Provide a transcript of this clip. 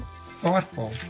thoughtful